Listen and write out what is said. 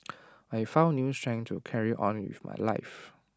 I found new strength to carry on with my life